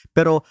Pero